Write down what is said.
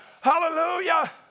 Hallelujah